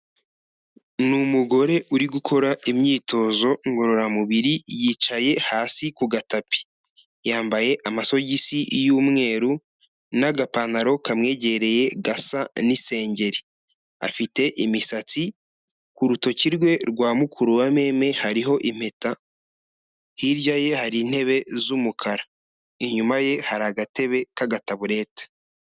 Ni umugore uri gukora imyitozo ngororamubiri, yicaye hasi ku gatapi. Yambaye amasogisi y'umweru n'agapantaro kamwegereye gasa n'isengeri. Afite imisatsi, ku rutoki rwe rwa mukuru wa meme hariho impeta, hirya ye hari intebe z'umukara. Inyuma ye hari agatebe k'agataburete.